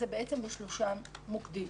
זה בעצם בשלושה מוקדים,